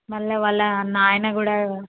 మళ్ళా వాళ్ళ నాన్న కూడా